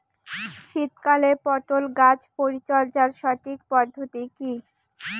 শীতকালে পটল গাছ পরিচর্যার সঠিক পদ্ধতি কী?